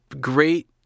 great